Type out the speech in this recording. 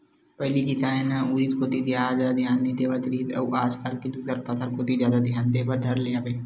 पहिली किसान ह उरिद फसल कोती जादा धियान नइ देवत रिहिस हवय आज कल दूसर फसल कोती जादा धियान देय बर धर ले हवय